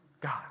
God